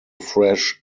fresh